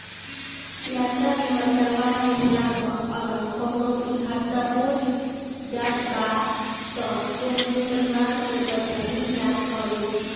यात्रा बीमा करवा लेहला पअ अगर कवनो दुर्घटना हो जात बा तअ तोहरी परिवार के पईसा मिल जात हवे